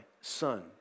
son